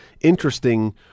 interesting